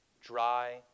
Dry